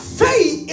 faith